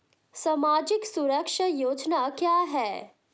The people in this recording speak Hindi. सामाजिक सुरक्षा योजना क्या है?